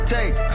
Take